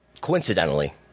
coincidentally